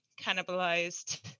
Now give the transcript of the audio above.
cannibalized